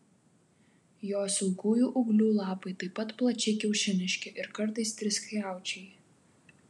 jos ilgųjų ūglių lapai taip pat plačiai kiaušiniški ir kartais triskiaučiai